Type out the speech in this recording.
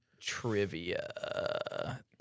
Trivia